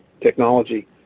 technology